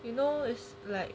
you know is like